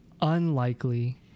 unlikely